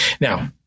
Now